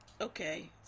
okay